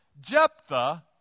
Jephthah